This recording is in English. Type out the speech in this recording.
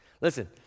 Listen